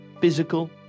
physical